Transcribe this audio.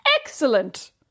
Excellent